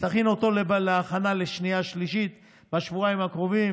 שתכין אותו לקריאה שנייה ושלישית בשבועיים הקרובים